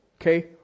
Okay